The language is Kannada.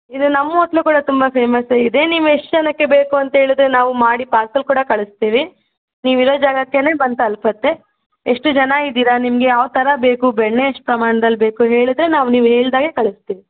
ಇಲ್ಲಿ ನಮ್ಮ ಹೋಟ್ಲುಗಳೇ ತುಂಬ ಫೇಮಸ್ ಇದೆ ನೀವು ಎಷ್ಟು ಜನಕ್ಕೆ ಬೇಕು ಅಂತ ಹೇಳಿದರೆ ನಾವು ಮಾಡಿ ಪಾರ್ಸೆಲ್ ಕೂಡ ಕಳಿಸ್ತೀವಿ ನೀವಿರೋ ಜಾಗಕ್ಕೇ ಬಂದು ತಲುಪುತ್ತೆ ಎಷ್ಟು ಜನ ಇದ್ದೀರಾ ನಿಮಗೆ ಯಾವ್ತರ ಬೇಕು ಬೆಣ್ಣೆ ಎಷ್ಟು ಪ್ರಮಾಣದಲ್ಲಿ ಬೇಕು ಹೇಳಿದರೆ ನಾವು ನೀವು ಹೇಳಿದಾಗೆ ಕಳಿಸ್ತೀವಿ